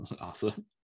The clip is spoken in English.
Awesome